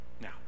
Now